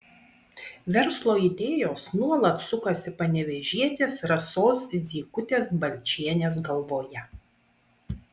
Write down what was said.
verslo idėjos nuolat sukasi panevėžietės rasos zykutės balčienės galvoje